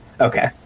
Okay